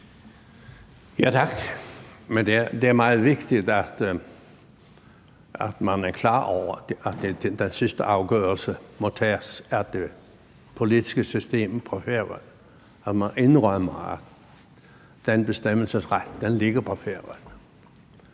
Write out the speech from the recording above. Tak. Det er meget vigtigt, at man er klar over, at den sidste afgørelse må træffes af det politiske system på Færøerne, og at man indrømmer, at den bestemmelsesret ligger på Færøerne.